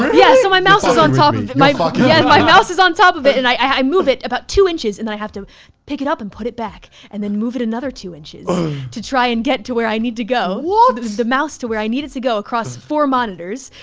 yeah so my mouse is on top of it. yeah my mouse is on top of it and i move it about two inches and then i have to pick it up and put it back and then move it another two inches to try and get to where i need to go. what? the mouse to where i needed to go across four monitors.